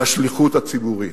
לשליחות הציבורית.